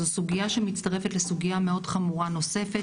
זו סוגיה שמצטרפת לסוגיה מאוד חמורה נוספת